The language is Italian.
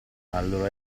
allora